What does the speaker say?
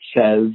says